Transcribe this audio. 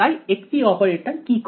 তাই একটি অপারেটর কি করে